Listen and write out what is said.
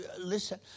listen